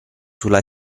sulla